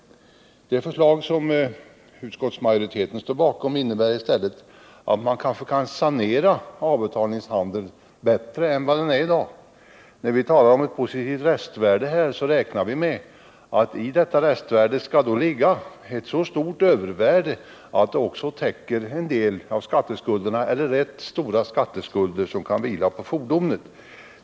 Det förslag som utskottsmajoriteten står bakom innebär i stället att man kan sanera avbetalningshandeln. När vi talar om ett positivt restvärde räknar vi med att det skall finnas ett så stort övervärde att det också täcker rätt stora skatteskulder som kan vila på fordonet.